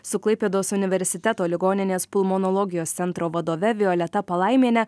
su klaipėdos universiteto ligoninės pulmonologijos centro vadove violeta palaimiene